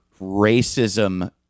racism